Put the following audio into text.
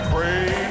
Pray